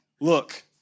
look